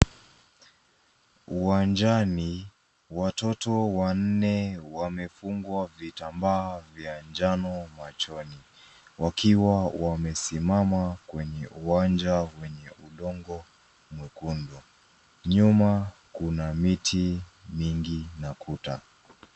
Uwanjani, watoto wanne wamefungwa vitambaa vya njano machoni wakiwa wamesimama kwenye uwanja wenye udongo mwekundu. Nyuma kuna miti mingi na kuta.